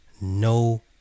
no